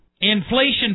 inflation